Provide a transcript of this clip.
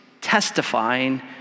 testifying